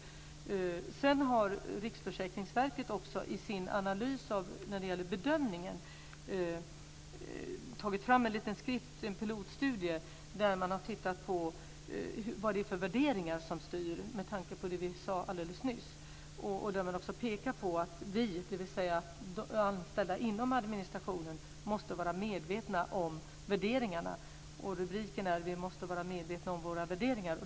Sedan har Riksförsäkringsverket i sin analys när det gäller bedömningen gjort en pilotstudie där man har tittat på vad det är för värderingar som styr, med tanke på det vi sade alldeles nyss. Jag vill också peka på att man, dvs. de anställda inom administrationen, måste vara medvetna om värderingarna. Rubriken är: Vi måste vara medvetna om våra värderingar.